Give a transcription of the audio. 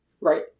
Right